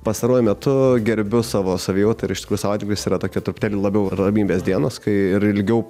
pastaruoju metu gerbiu savo savijautą ir iš tikrųjų savaitgalis yra tokia truputėlį labiau ramybės dienos kai ir ilgiau